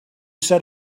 said